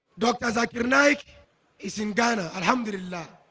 dr. zakir naik is in ghana and hamdulillah